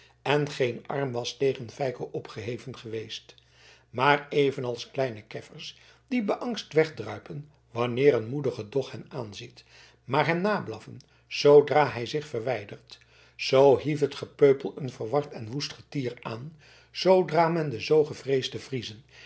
en geen arm was tegen feiko opgeheven geweest maar evenals kleine keffers die beangst wegdruipen wanneer een moedige dog hen aanziet maar hem nablaffen zoodra hij zich verwijdert zoo hief het gepeupel een verward en woest getier aan zoodra men de zoo gevreesde friezen